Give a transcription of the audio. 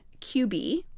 QB